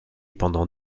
pendant